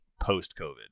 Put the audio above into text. post-COVID